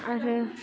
आरो